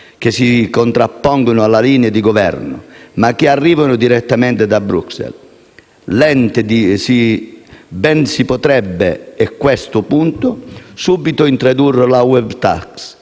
che si contrappongono alla linea di Governo, ma che arrivano direttamente da Bruxelles. Ben si potrebbe, a questo punto, introdurre subito